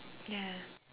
yeah